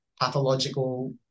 pathological